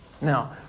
Now